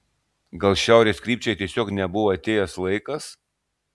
gal šiaurės krypčiai tiesiog nebuvo atėjęs laikas